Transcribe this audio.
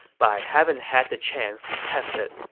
but i haven't had the chance to test it.